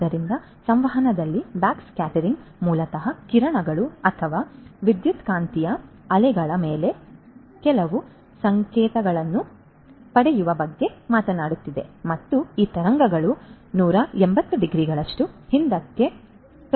ಆದ್ದರಿಂದ ಸಂವಹನದಲ್ಲಿ ಬ್ಯಾಕ್ಸ್ಕ್ಯಾಟರಿಂಗ್ ಮೂಲತಃ ಕಿರಣಗಳು ಅಥವಾ ವಿದ್ಯುತ್ಕಾಂತೀಯ ಅಲೆಗಳ ಮೇಲೆ ಕೆಲವು ಸಂಕೇತಗಳನ್ನು ಪಡೆಯುವ ಬಗ್ಗೆ ಮಾತನಾಡುತ್ತದೆ ಮತ್ತು ಈ ತರಂಗಗಳು 180 ಡಿಗ್ರಿಗಳಷ್ಟು ಹಿಂದಕ್ಕೆ ಪ್ರತಿಫಲಿಸುತ್ತದೆ